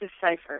decipher